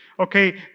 okay